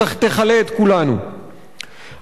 עמיתי חברי הכנסת, הבעיה היא מאוד קשה.